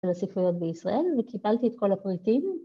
לספריות בישראל וקיבלתי את כל הפריטים.